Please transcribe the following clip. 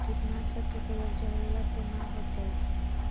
कीटनाशक के प्रयोग, जहरीला तो न होतैय?